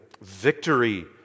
Victory